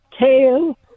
tail